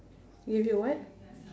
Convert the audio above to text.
give you what